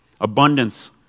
Abundance